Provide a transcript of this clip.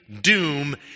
doom